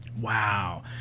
Wow